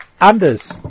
Anders